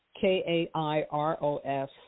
K-A-I-R-O-S